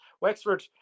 Wexford